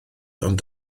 ond